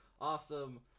awesome